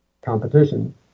competition